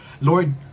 Lord